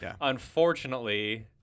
Unfortunately